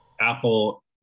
Apple